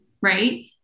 right